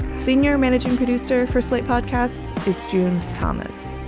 senior managing producer for slate podcast this june, thomas,